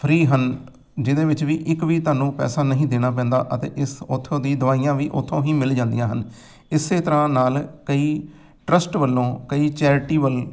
free ਹਨ ਜਿਹਦੇ ਵਿੱਚ ਵੀ ਇੱਕ ਵੀ ਤੁਹਾਨੂੰ ਪੈਸਾ ਨਹੀਂ ਦੇਣਾ ਪੈਂਦਾ ਅਤੇ ਇਸ ਉੱਥੋਂ ਦੀ ਦਵਾਈਆਂ ਵੀ ਉੱਥੋਂ ਹੀ ਮਿਲ ਜਾਂਦੀਆਂ ਹਨ ਇਸੇ ਤਰ੍ਹਾਂ ਨਾਲ਼ ਕਈ ਟਰੱਸਟ ਵੱਲੋਂ ਕਈ ਚੈਰਿਟੀ ਵੱਲੋਂ